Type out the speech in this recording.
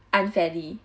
unfairly